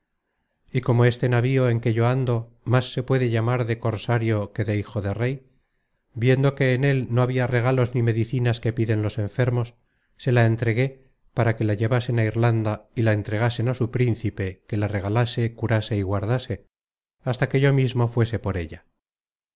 y como este navío en que yo ando más se puede llamar de cosario que de hijo de rey viendo que en él no habia regalos ni medicinas que piden los enfermos se la entregué para que la llevasen á irlanda y la entregasen á su principe que la regalase curase y guardase hasta que yo mismo fuese por ella